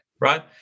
right